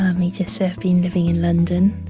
um he just said, i've been living in london.